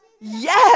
Yes